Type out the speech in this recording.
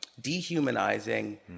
dehumanizing